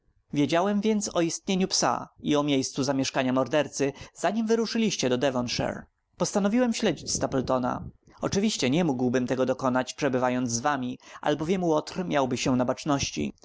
wiedziałem więc o istnieniu psa i o miejscu zamieszkania mordercy zanim wyruszyliście do devonshire postanowiłem śledzić stapletona oczywiście nie mógłbym tego dokonać przebywając z wami albowiem łotr miałby się na baczności